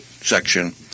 section